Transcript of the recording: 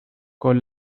con